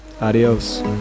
Adios